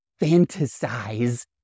fantasize